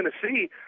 Tennessee